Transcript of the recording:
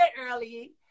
early